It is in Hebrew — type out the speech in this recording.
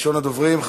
ראשון הדוברים,